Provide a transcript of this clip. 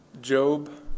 Job